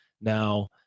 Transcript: Now